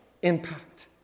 Impact